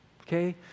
okay